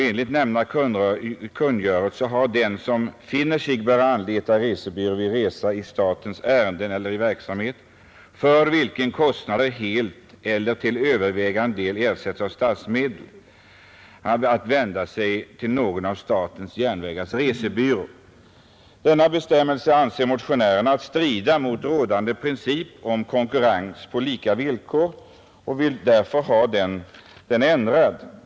Enligt nämnda kungörelse har den som finner sig böra anlita resebyrå vid resa i statens ärenden eller i verksamhet för vilken kostnaden helt eller till övervägande del ersättes av statsmedel att vända sig till någon av statens järnvägars resebyråer. Denna bestämmelse anser motionären strida mot rådande princip om konkurrens på lika villkor och vill därför ha den ändrad.